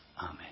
Amen